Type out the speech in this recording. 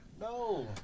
No